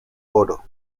oro